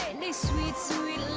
sweet sweet